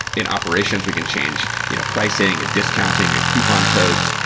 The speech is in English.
in operations, we can change you know pricing and discounting and coupon codes.